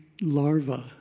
Larva